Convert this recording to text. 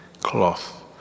cloth